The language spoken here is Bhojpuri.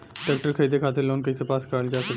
ट्रेक्टर खरीदे खातीर लोन कइसे पास करल जा सकेला?